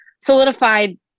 solidified